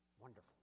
wonderful